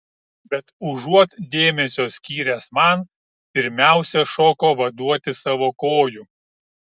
bet užuot dėmesio skyręs man pirmiausia šoko vaduoti savo kojų